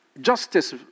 Justice